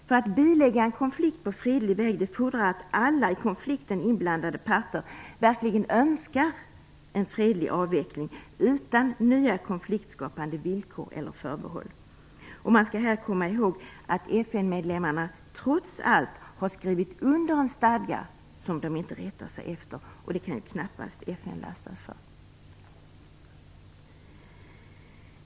För att bilägga en konflikt på fredlig väg fordras att alla i konflikten inblandade parter verkligen önskar en fredlig avveckling utan nya konfliktskapande villkor eller förbehåll. Man skall här komma ihåg att FN medlemmarna trots allt har skrivit under en stadga som de inte rättar sig efter, vilket FN knappast kan lastas för.